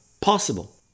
possible